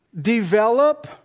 Develop